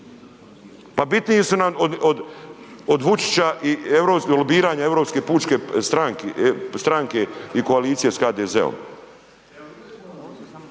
pa bitniji su nam od Vučića i lobiranja Europske pučke stranke i koalicije s HDZ-om,